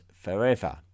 forever